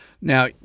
Now